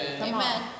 Amen